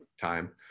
time